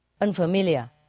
unfamiliar